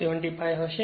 75 હશે